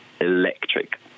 electric